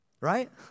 Right